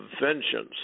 vengeance